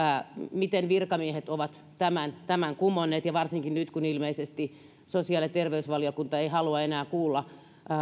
miten virkamiehet ovat tämän tämän kumonneet varsinkin nyt kun ilmeisesti sosiaali ja terveysvaliokunta ei halua enää kuulla